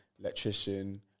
electrician